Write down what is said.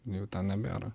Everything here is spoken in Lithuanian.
jų ten nebėra